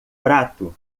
prato